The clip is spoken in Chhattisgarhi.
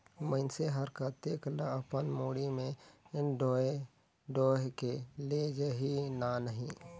मइनसे हर कतेक ल अपन मुड़ी में डोएह डोएह के लेजही लानही